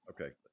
okay